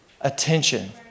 attention